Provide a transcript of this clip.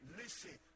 listen